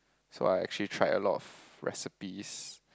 so I actually tried a lot of recipes